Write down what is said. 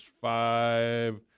five